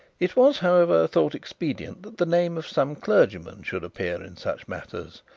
it was, however, thought expedient that the name of some clergyman should appear in such matters,